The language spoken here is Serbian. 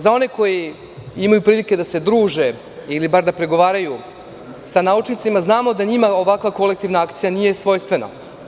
Za one koji imaju prilike da se druže ili da pregovaraju sa naučnicima, znamo da njima ovakva kolektivna akcija nije svojstvena.